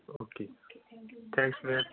okay thanks ma'am